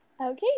Okay